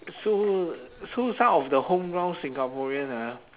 so so some of the home ground singaporean ah